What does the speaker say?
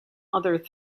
other